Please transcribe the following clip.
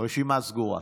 הרשימה סגורה.